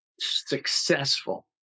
successful